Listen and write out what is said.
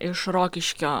iš rokiškio